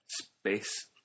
Space